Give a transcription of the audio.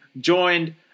joined